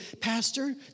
Pastor